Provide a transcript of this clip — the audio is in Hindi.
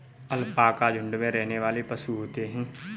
अलपाका झुण्ड में रहने वाले पशु होते है